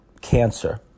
cancer